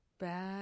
bad